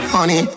Honey